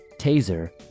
Taser